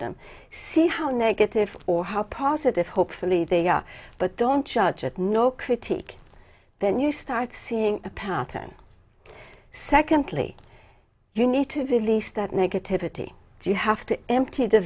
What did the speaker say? them see how negative or how positive hopefully they are but don't judge it no critique then you start seeing a pattern secondly you need to feel least that negativity you have to empty the